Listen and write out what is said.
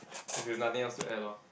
if you've nothing else to add lor